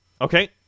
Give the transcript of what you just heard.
Okay